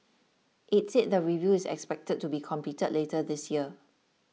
it said the review is expected to be completed later this year